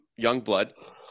Youngblood